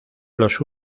los